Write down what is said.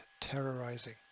terrorizing